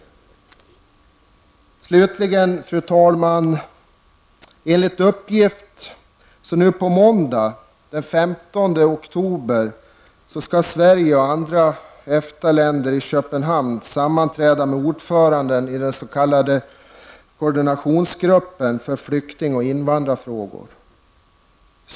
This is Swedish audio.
Slutligen, fru talman! Enligt uppgift skall Sverige och andra EFTA-länder sammanträda nu på måndag den 15 oktober i Köpenhamn med ordföranden i den s.k. koordinationsgruppen för flykting och invandrarfrågor.